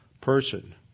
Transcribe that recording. person